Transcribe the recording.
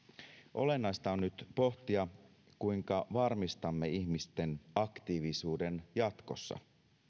olennaista on nyt pohtia kuinka varmistamme ihmisten aktiivisuuden jatkossa